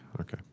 Okay